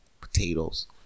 Potatoes